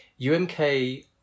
umk